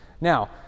Now